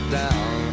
down